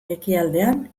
ekialdean